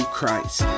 Christ